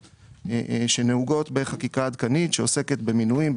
שנהוגות בחקיקה עדכנית שעוסקת במינויים,